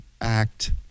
act